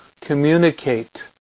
communicate